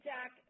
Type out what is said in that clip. Jack